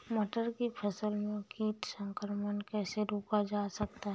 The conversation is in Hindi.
मटर की फसल में कीट संक्रमण कैसे रोका जा सकता है?